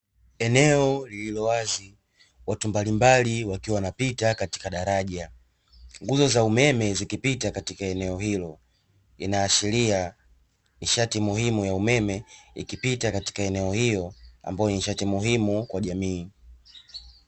Eneo lililowazi watu mbalimbali wakiwa wanapita katika daraja nguzo za umeme zikipita katika eneo hilo, inaashiria nishati muhimu ya umeme ikipitabkatika eneo hilo ambàyo nishati muhimu kwa jamii.